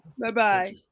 Bye-bye